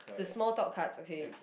the small talk cards okay